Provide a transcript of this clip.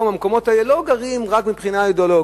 במקומות האלה לא גרים רק מבחינה אידיאולוגית,